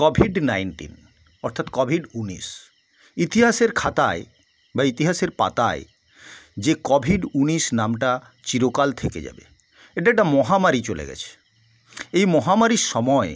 covid nineteen অর্থাৎ covid উনিশ ইতিহাসের খাতায় বা ইতিহাসের পাতায় যে কভিড উনিশ নামটা চিরকাল থেকে যাবে এটা একটা মহামারি চলে গেছে এই মহামারির সময়